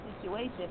situation